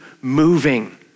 moving